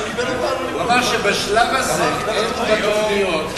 הוא אמר שבשלב הזה אין בתוכניות,